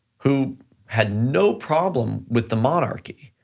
who had no problem with the monarchy.